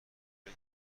فکر